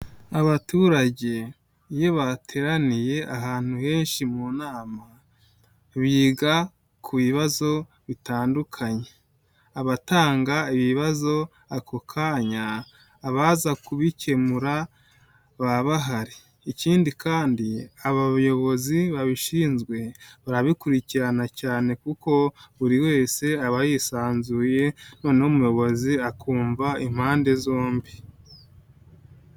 Abaturage iyo bateraniye ahantu henshi mu nama, biga ku bibazo bitandukanye. Abatanga ibibazo ako kanya, abaza kubikemura baba bahari, ikindi kandi aba bayobozi babishinzwe barabikurikirana cyane kuko buri wese aba yisanzuye, noneho umuyobozi akumva impande zombi.